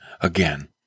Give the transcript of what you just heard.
again